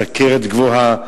סוכרת גבוהה,